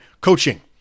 coaching